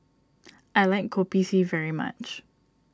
I like Kopi C very much